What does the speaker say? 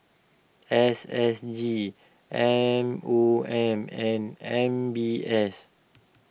S S G M O M and M B S